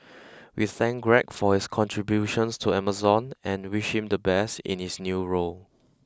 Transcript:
we thank Greg for his contributions to Amazon and wish him the best in his new role